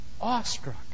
awestruck